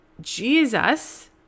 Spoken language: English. Jesus